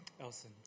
Elson